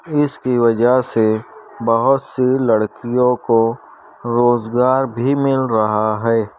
اس کی وجہ سے بہت سی لڑکیوں کو روزگار بھی مل رہا ہے